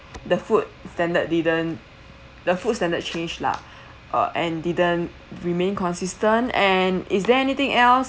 the food standard didn't the food standard change lah uh and didn't remain consistent and is there anything else